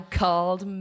called